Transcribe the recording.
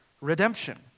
redemption